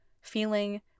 feeling